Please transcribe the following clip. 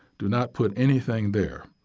do not put anything there.